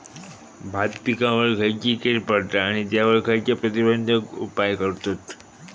भात पिकांवर खैयची कीड पडता आणि त्यावर खैयचे प्रतिबंधक उपाय करतत?